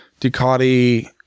Ducati